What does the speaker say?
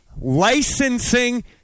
licensing